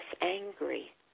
angry